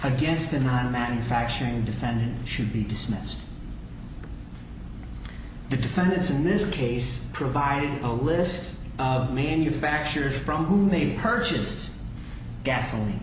against the non manufacturing defend should be dismissed the defendants in this case provided a list of manufacturers from who they purchased gasoline